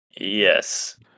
Yes